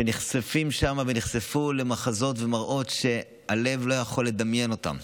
שנחשפו למחזות ולמראות שהלב לא יכול לדמיין אותם.